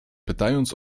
pytając